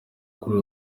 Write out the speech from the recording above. kuri